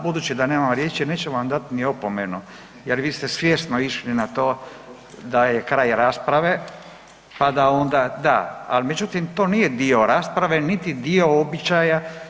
Budući da nema riječi neću vam dat ni opomenu jer vi ste svjesno išli na to da je kraj rasprave, pa da onda da, al međutim to nije dio rasprave, niti dio običaja.